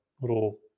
little